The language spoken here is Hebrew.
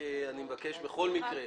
אני מבקש בכל מקרה,